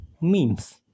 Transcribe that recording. memes